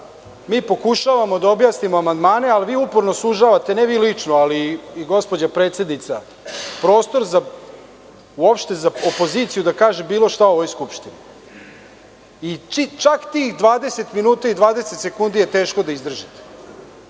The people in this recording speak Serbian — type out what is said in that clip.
mi pokušavamo da objasnimo amandmane, a vi uporno sužavate, ne vi lično, ali i gospođa predsednica, prostor uopšte za opoziciju da kaže bilo šta u ovoj Skupštini. Čak tih 20 minuta i 20 sekundi je teško da izdržite. Kako